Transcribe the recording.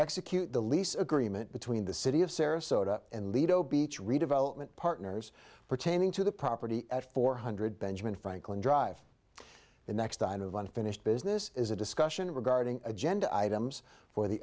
execute the lease agreement between the city of sarasota and lido beach redevelopment partners pertaining to the property at four hundred benjamin franklin drive the next line of unfinished business is a discussion regarding agenda items for the